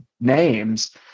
names